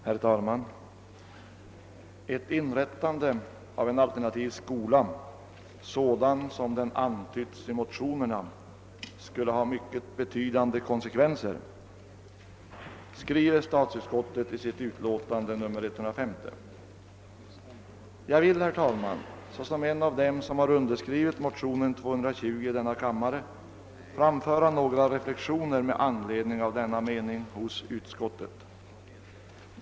Herr talman! »Ett inrättande av en alternativ skola sådan som den som antytts i motionerna skulle ha mycket betydande konsekvenser.« Detta skriver statsutskottet i sitt utlåtande nr 150. Jag vill, herr talman, såsom en av dem som har undertecknat motionen II: 220 framföra några reflexioner med anledning av denna mening i utskottsutlåtandet.